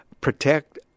protect